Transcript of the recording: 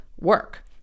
work